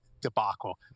debacle